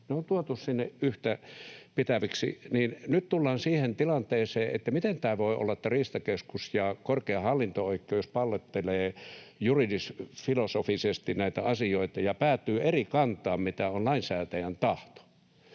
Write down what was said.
ne on tuotu sinne yhtäpitäviksi. Nyt tullaan siihen tilanteeseen, että miten tämä voi olla, että Riistakeskus ja korkein hallinto-oikeus pallottelee juridisfilosofisesti näitä asioita ja päätyy eri kantaan kuin mikä on lainsäätäjän tahto.